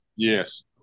Yes